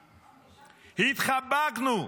התחבקנו,